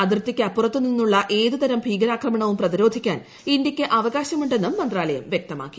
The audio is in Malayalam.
അതിർത്തിക്കപുറത്തു നിന്നുള്ള ഏത്രതരം ഭീകരാക്രമണവും പ്രതിരോധിക്കാൻ ഇന്ത്യയ്ക്ക് ്രഅവ്കാശമുണ്ടെന്നും മന്ത്രാലയം വ്യക്തമാക്കി